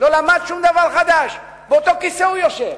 לא למד שום דבר חדש, באותו כיסא הוא יושב,